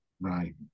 Right